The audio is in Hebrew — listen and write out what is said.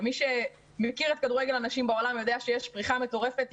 מי שמכיר את כדורגל הנשים בעולם יודע שיש פריחה מטורפת,